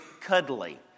cuddly